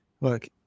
Look